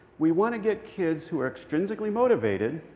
we want to get kids who are extrinsically motivated,